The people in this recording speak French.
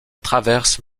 traverse